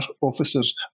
officers